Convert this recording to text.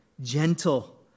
gentle